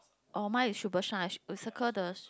oh mine is super shine circle the